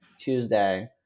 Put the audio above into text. Tuesday